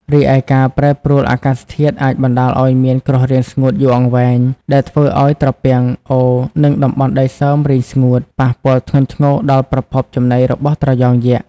រីឯការប្រែប្រួលអាកាសធាតុអាចបណ្តាលឲ្យមាន គ្រោះរាំងស្ងួតយូរអង្វែង ដែលធ្វើឲ្យត្រពាំង អូរ និងតំបន់ដីសើមរីងស្ងួត ប៉ះពាល់ធ្ងន់ធ្ងរដល់ប្រភពចំណីរបស់ត្រយងយក្ស។